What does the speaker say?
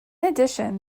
addition